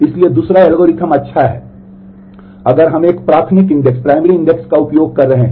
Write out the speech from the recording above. इसलिए दूसरा एल्गोरिथ्म अच्छा है अगर हम एक प्राथमिक इंडेक्स से मेल खाता है